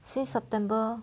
since september